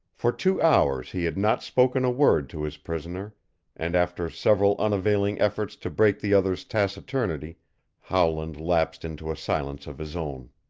for two hours he had not spoken a word to his prisoner and after several unavailing efforts to break the other's taciturnity howland lapsed into a silence of his own.